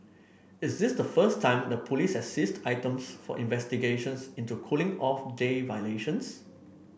is this the first time the police has seized items for investigations into cooling off day violations